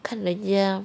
看人家